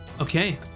Okay